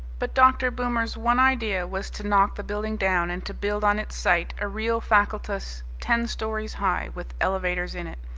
but dr. boomer's one idea was to knock the building down and to build on its site a real facultas ten storeys high, with elevators in it.